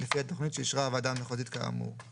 לפי התכנית שאישרה הוועדה המחוזית כאמור";